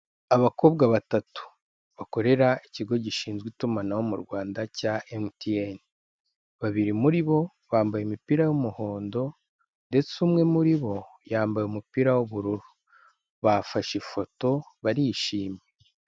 Abakobwa batatu. Bakorera ikigo gishinzwe itumanaho mu Rwanda cya Emutiyene. Babiri muri bo bambaye imipira y'umuhondo, ndetse umwe muri bo yambaye umupira w'ubururu. Bafashe ifoto barishimye.